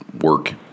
work